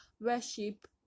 worship